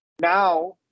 Now